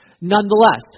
Nonetheless